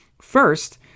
First